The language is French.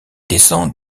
descend